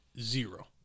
zero